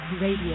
Radio